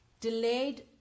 delayed